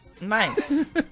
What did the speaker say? Nice